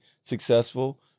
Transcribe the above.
successful